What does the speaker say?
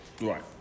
Right